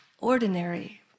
ordinary